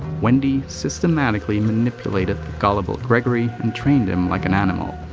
wendy systematically manipulated the gullible gregory and trained him like an animal.